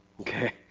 Okay